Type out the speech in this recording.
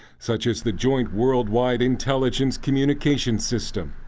such as the joint worldwide intelligence communication system.